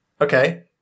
Okay